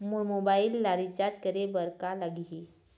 मोर mobile ला recharge करे बर का लगही?